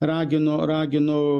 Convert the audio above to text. raginau raginau